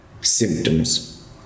symptoms